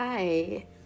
Hi